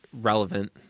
relevant